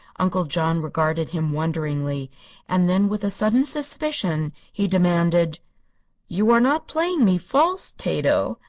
uncle john regarded him wonderingly and then, with a sudden suspicion, he demanded you are not playing me false, tato?